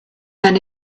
men